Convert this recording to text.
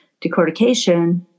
decortication